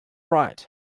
right